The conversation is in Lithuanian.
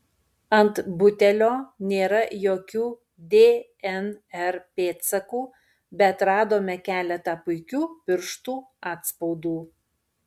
ant butelio nėra jokių dnr pėdsakų bet radome keletą puikių pirštų atspaudų